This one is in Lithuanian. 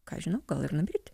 kas žinau gal ir numirti